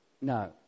No